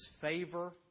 favor